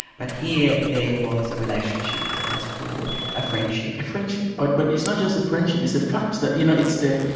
but here there was a relationship that was forged, a friendship. a friendship, but but it's not just a friendship, it's the fact that, you know, it's the.